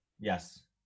Yes